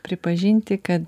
pripažinti kad